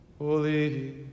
Holy